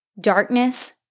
darkness